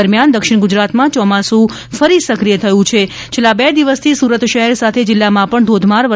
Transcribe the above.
દરમિયાન દક્ષિણ ગુજરાતમાં યોમાસું ફરી સક્રિય થયું છે છેલ્લા બે દિવસથી સુરત શહેર સાથે જિલ્લામાં પણ ધોધમાર વરસાદ વરસી રહ્યો છે